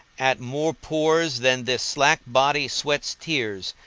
at more pores than this slack body sweats tears,